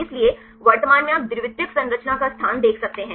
इसलिए वर्तमान में आप द्वितीयक संरचना का स्थान देख सकते हैं